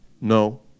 no